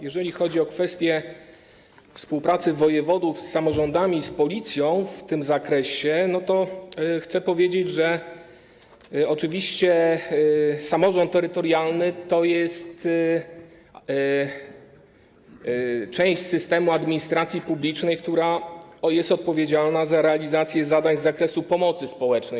Jeżeli chodzi o kwestie współpracy wojewodów z samorządami i z Policją w tym zakresie, to chcę powiedzieć, że oczywiście samorząd terytorialny to jest część systemu administracji publicznej, która jest odpowiedzialna za realizację zadań z zakresu pomocy społecznej.